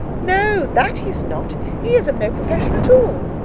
no, that he is not. he is of no profession at all.